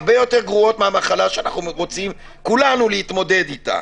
הרבה יותר גרועות מהמחלה שאנחנו רוצים כולנו להתמודד איתה.